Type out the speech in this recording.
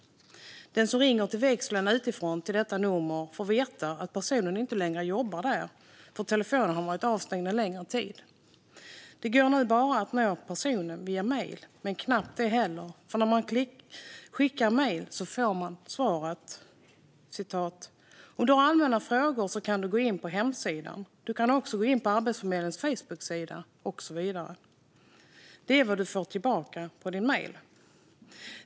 Den som ringer utifrån via växeln till detta nummer får veta att personen inte längre jobbar där, för telefonen har varit avstängd en längre tid. Det går nu bara att nå personen via mejl, men knappt det heller, för när man skickar mejl får man svaret: Om du har allmänna frågor kan du gå in på hemsidan, men du kan också gå in på Arbetsförmedlingens Facebooksida och så vidare. Det är vad du får tillbaka på din mejl.